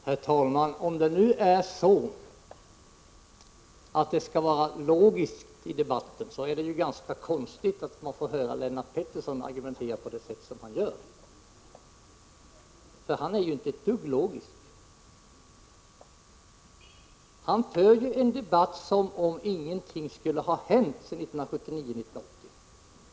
Herr talman! Om nu Lennart Pettersson kräver logik i debatten är det konstigt att han argumenterar som han gör. Han är inte ett dugg logisk. Han för en debatt som om ingenting hade hänt sedan 1979—1980.